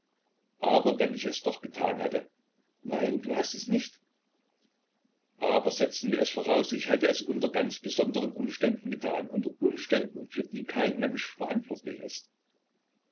aber wenn ich es doch getan hätte nein du hast es nicht aber setzen wir es voraus ich hätte es unter ganz besonderen umständen getan unter umständen für die kein mensch verantwortlich ist